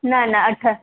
न न अठ